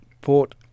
Port